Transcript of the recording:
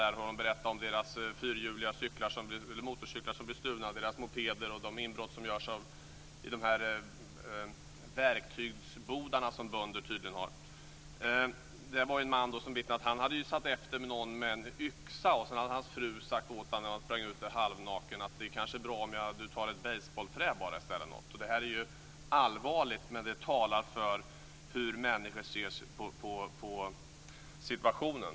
De berättade om deras cyklar, motorcyklar och mopeder som blir stulna och om de inbrott som utförs i de verktygsbodar som bönder tydligen har. Det var en man som vittnade om att han hade satt efter någon med en yxa. Sedan hade hans fru sagt åt honom när han sprang omkring där halvnaken att det kanske vore bra om han i stället bara tog ett basebollträ eller något. Det är ju allvarligt, och det talar om hur människor ser på situationen.